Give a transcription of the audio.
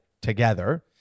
together